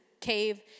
cave